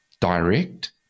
direct